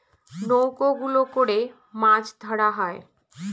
নৌকা গুলো করে মাছ ধরা হয়